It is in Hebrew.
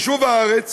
יישוב הארץ